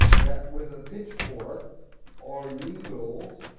that with a pitchfork or needles,